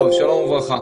שלום וברכה,